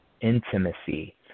Intimacy